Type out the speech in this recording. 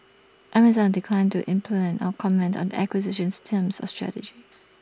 Amazon declined to implant out comment on the acquisition's terms or strategy